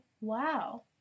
wow